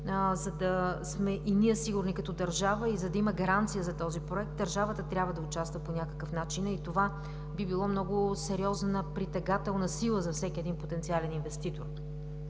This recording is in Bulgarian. за да сме сигурни като държава и за да има гаранция за този Проект, държавата трябва да участва по някакъв начин. Това би било много сериозна притегателна сила за всеки потенциален инвеститор.